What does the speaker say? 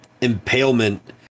impalement